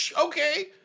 Okay